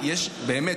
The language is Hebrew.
יש גבול.